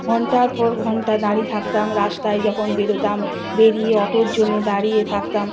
ঘণ্টার পর ঘণ্টা দাঁড়িয়ে থাকতাম রাস্তায় যখন বেরোতাম বেরিয়ে অটোর জন্যে দাঁড়িয়ে থাকতাম